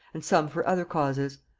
and some for other causes.